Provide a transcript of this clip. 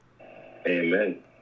Amen